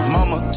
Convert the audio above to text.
Mama